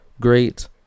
great